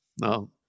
No